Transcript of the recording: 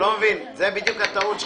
זו בדיוק הטעות שלך.